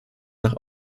nach